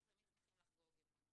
אנחנו תמיד שמחים לחגוג את היום